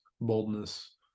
boldness